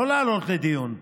לא לעלות לדיון,